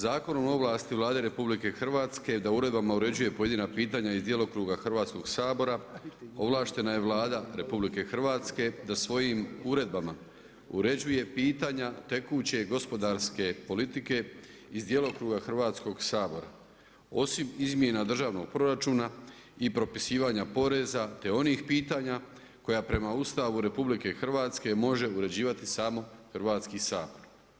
Zakonom o ovlasti Vlade RH da uredbama uređuje pojedina pitanja iz djelokruga Hrvatskog sabora ovlaštena je Vlada RH da svojim uredbama uređuje pitanja tekuće gospodarske politike iz djelokruga Hrvatskog sabora osim izmjena državnog proračuna i propisivanja poreza, te onih pitanja koja prema Ustavu RH može uređivati samo Hrvatski sabor.